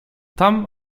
tam